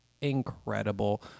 incredible